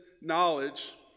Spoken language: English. knowledge